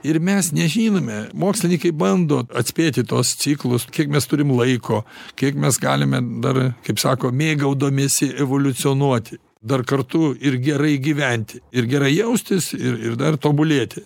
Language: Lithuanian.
ir mes nežinome mokslininkai bando atspėti tuos ciklus kiek mes turim laiko kiek mes galime dar kaip sako mėgaudamiesi evoliucionuoti dar kartu ir gerai gyventi ir gerai jaustis ir ir dar tobulėti